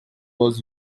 was